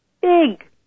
big